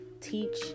teach